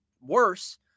worse